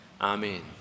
amen